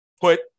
put